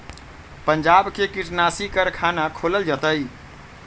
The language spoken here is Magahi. पंजाब में कीटनाशी कारखाना खोलल जतई